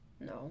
No